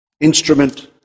instrument